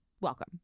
Welcome